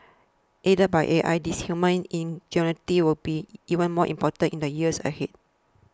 aided by A I this human ingenuity will be even more important in the years ahead